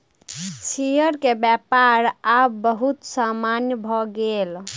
share के व्यापार आब बहुत सामान्य भ गेल अछि